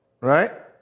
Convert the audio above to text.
Right